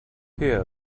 here